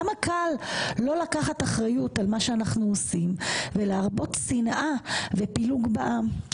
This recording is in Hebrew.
כמה קל לא לקחת אחריות על מה שאנחנו עושים ולהרבות שנאה ופילוג בעם.